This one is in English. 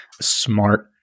Smart